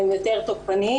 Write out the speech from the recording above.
הם יותר תוקפניים,